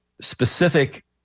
specific